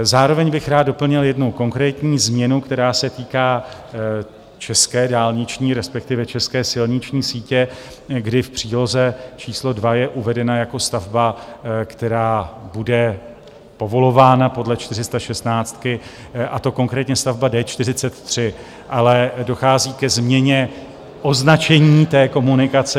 Zároveň bych rád doplnil jednu konkrétní změnu, která se týká české dálniční, respektive české silniční sítě, kdy v příloze číslo 2 je uvedena jako stavba, která bude povolována podle čtyřistašestnáctky, a to konkrétně stavba D43, ale dochází ke změně označení té komunikace.